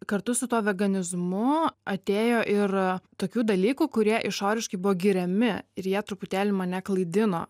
kartu su tuo veganizmu atėjo ir tokių dalykų kurie išoriškai buvo giriami ir jie truputėlį mane klaidino